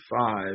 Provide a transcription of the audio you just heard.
five